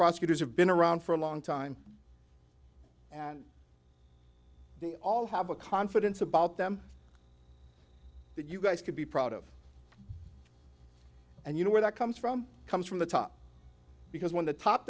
prosecutors have been around for a long time and they all have a confidence about them that you guys could be proud of and you know where that comes from comes from the top because when the top